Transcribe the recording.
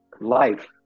life